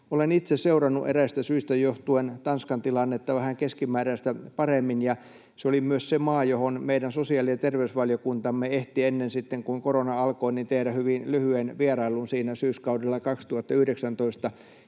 Olen itse seurannut eräistä syistä johtuen Tanskan tilannetta vähän keskimääräistä paremmin, ja se oli myös se maa, johon meidän sosiaali- ja terveysvaliokuntamme ehti, ennen kuin korona alkoi, tehdä hyvin lyhyen vierailun siinä syyskaudella 2019.